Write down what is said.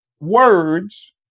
words